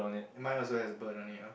mine also has a bird on it